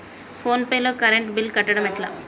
Phone pay లో current bill కట్టడం ఎట్లా?